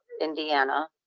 Indiana